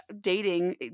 Dating